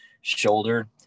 shoulder